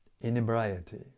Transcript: inebriety